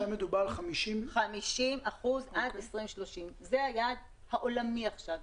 שם מדובר על 50% עד 2030. זה היעד העולמי עכשיו.